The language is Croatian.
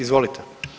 Izvolite.